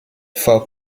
vor